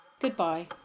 goodbye